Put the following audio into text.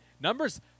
numbers